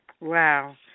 Wow